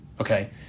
okay